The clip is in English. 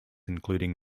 including